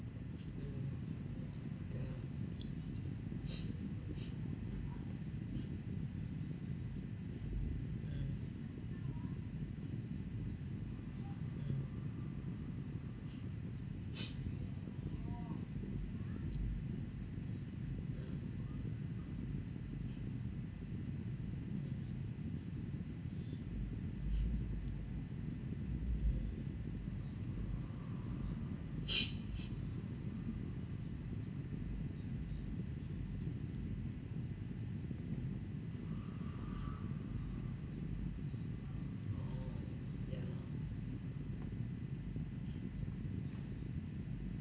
mm okay mm mm mm oh ya lor